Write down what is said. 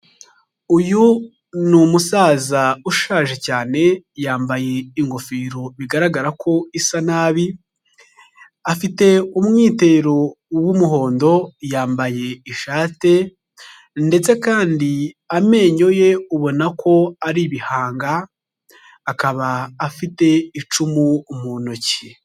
Uyu ni umusaza ushaje cyane yambaye ingofero bigaragara ko isa nabi, afite umwitero w'umuhondo yambaye ishati ndetse kandi amenyo ye ubona ko ari ibihanga, akaba afite icumu mu ntoki.